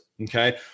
okay